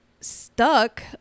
stuck